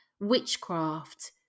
witchcraft